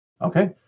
Okay